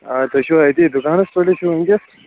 آ تُہۍ چھُوا أتی دُکانس پٮ۪ٹھی چھُوٕ وٕنکیٚس